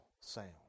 sound